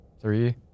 Three